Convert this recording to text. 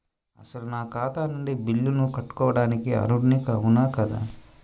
అసలు నా ఖాతా నుండి బిల్లులను కట్టుకోవటానికి అర్హుడని అవునా కాదా?